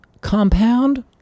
compound